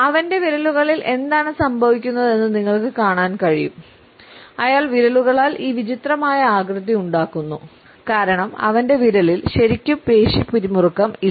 അവന്റെ വിരലുകളിൽ എന്താണ് സംഭവിക്കുന്നതെന്ന് നിങ്ങൾക്ക് കാണാൻ കഴിയും അയാൾ വിരലുകളാൽ ഈ വിചിത്രമായ ആകൃതി ഉണ്ടാക്കുന്നു കാരണം അവന്റെ വിരലിൽ ശരിക്കും പേശി പിരിമുറുക്കം ഇല്ല